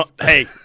Hey